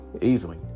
easily